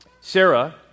Sarah